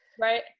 right